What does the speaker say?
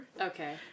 Okay